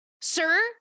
sir